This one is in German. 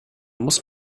muss